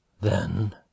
Then